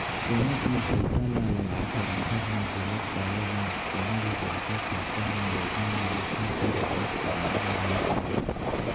कोनो तीर पइसा ल लगाके रखब म जरुरत पड़े म कोनो भी बड़का खरचा म लोगन ल दूसर तीर हाथ फैलाए बर नइ परय